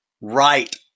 right